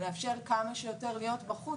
לאפשר כמה שיותר להיות בחוץ.